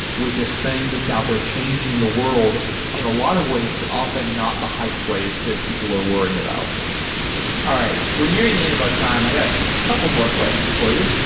with this thing that's out there changing the world in a lot of ways, but often not the hyped ways that people are worrying about all right. we're nearing the end of our time. i got a couple of more questions for you.